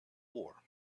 war